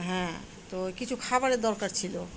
হ্যাঁ তো কিছু খাবারের দরকার ছিল